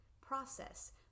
process